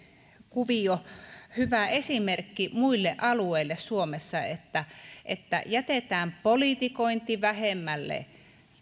kuvio hyvä esimerkki muille alueille suomessa että että jätetään politikointi vähemmälle